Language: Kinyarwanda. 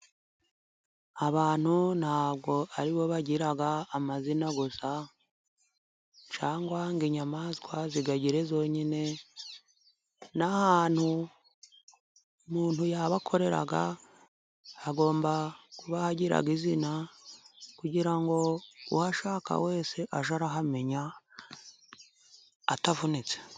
Abantu ntabwo ari bo bagira amazina gusa, cyangwa ngo inyamaswa ziyagire zonyine, n'ahantu umuntu yaba akorera hagomba kuba hagira izina, kugira ngo uhashaka wese age ahamenya atavunitse.